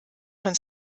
von